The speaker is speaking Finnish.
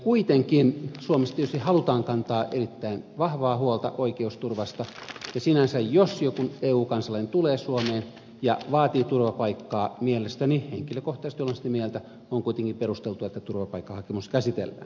kuitenkin suomessa tietysti halutaan kantaa erittäin vahvaa huolta oikeusturvasta ja sinänsä jos joku eu kansalainen tulee suomeen ja vaatii turvapaikkaa mielestäni henkilökohtaisesti olen sitä mieltä on kuitenkin perusteltua että turvapaikkahakemus käsitellään